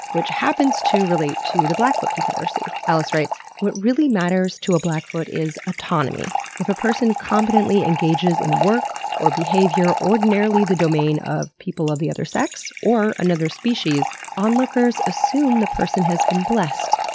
which happens to relate to the blackfoot confederacy. alice writes what really matters to a blackfoot is autonomy. if a person competently engages in work or behavior ordinarily the domain of people of the other sex, or of another species, onlookers assume the person has been blessed.